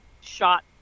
shot